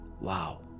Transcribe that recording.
Wow